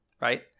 right